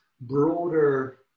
broader